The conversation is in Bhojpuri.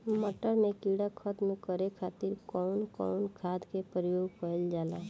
मटर में कीड़ा खत्म करे खातीर कउन कउन खाद के प्रयोग कईल जाला?